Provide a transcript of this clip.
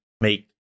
make